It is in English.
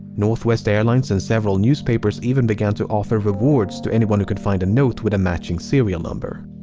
northwest airlines and several newspapers even began to offer rewards to anyone who could find a note with a matching serial number.